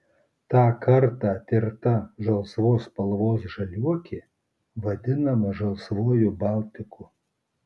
tą kartą tirta žalsvos spalvos žaliuokė vadinama žalsvuoju baltiku